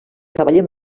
cavaller